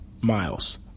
Miles